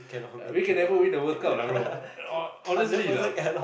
we can never win the World Cup lah bro ho~ honestly lah